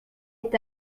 est